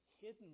hidden